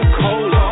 cold